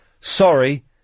Sorry